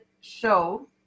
show